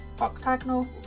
Octagonal